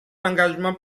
engagement